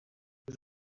was